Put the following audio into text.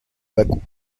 bakou